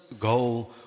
goal